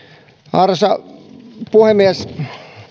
arvoisa puhemies